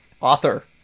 Author